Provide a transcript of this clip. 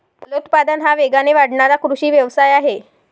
फलोत्पादन हा वेगाने वाढणारा कृषी व्यवसाय आहे